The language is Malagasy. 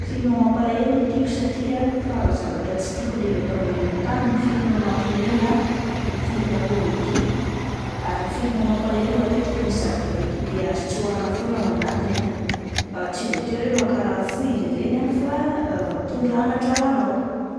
Filma mampalaelo no tiako satria faran'ny zavatra tsy tiako indrindra eto ambon'ny tany ny filma mampiomehy na ny filma kômedy, ary ny filma mampalaelo matetika misy zavatra be dia be azo tsoahina foana ao anatiny ah, tsy voatery hoe mankarary fo izy ireny fa mitondra anatra ho anao.